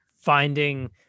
finding